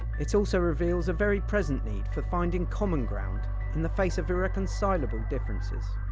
it also reveals a very present need for finding common ground in the face of irreconcilable differences.